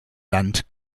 land